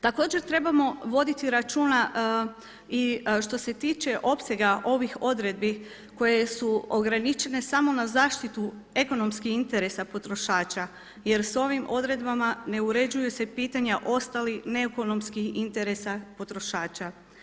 Također trebamo voditi računa i što se tiče opsega ovih odredbi koje su ograničene samo na zaštitu ekonomskih interesa potrošača jer s ovim odredbama ne uređuje se pitanje ostalih neekonomskih interesa potrošača.